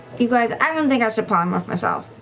you guys, i don't think i should polymorph myself.